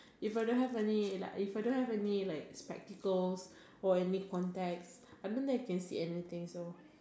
if I don't have any like if I don't have any like spectacles or any contacts I don't think I can see anything so